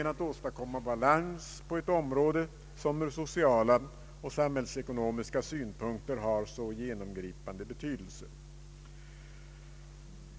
anslag till bostadsbyggande m.m. vägen att åstadkomma balans på ett område som ur sociala och samhällsekonomiska synpunkter har så genomgripande betydelse.